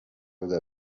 bwa